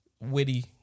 witty